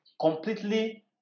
completely